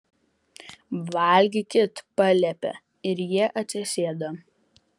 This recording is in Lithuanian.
valgykit paliepė ir jie atsisėdo